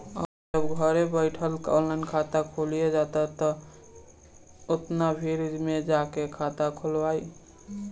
अब जब घरे बइठल ऑनलाइन खाता खुलिये जाता त के ओतना भीड़ में जाके खाता खोलवाइ